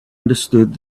understood